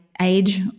age